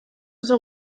oso